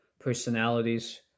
Personalities